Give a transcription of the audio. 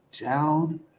down